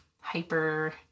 hyper